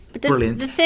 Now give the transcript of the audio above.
brilliant